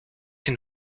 den